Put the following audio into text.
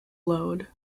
load